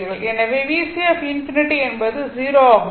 எனவே VC ∞ என்பது 0 ஆகும்